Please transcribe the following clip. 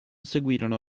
seguirono